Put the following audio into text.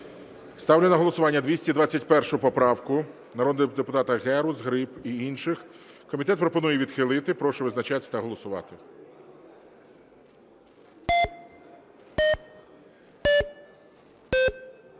Ставлю на голосування 221 поправку (народних депутатів Герус, Гриб і інших). Комітет пропонує відхилити. Прошу визначатися та голосувати.